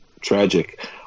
tragic